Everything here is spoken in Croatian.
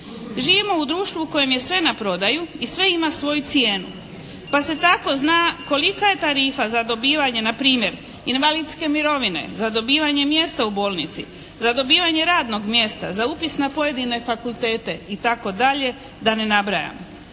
Živimo u društvu u kojem je sve na prodaju i sve ima svoju cijenu. Pa se tako zna kolika je tarifa za dobivanje npr. invalidske mirovine, za dobivanje mjesta u bolnici, za dobivanje radnog mjesta, za upisa na pojedine fakultete itd. da ne nabrajam.